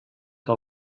que